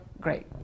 great